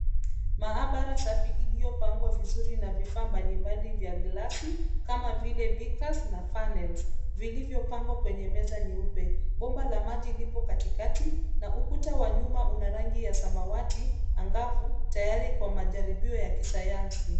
Maabara safi iliyopangwa vizuri na vifaa mbalimbali vya glasi kama vile bikas na fanels vilivyopangwa kwennye meza nyeupe. Bomba la maji lipo katikati na ukuta wa nyuma una rangi ya samawati angavu tayari kwa majaribio ya kisayansi.